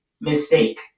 mistake